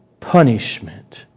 punishment